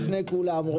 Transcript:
לפני כולם.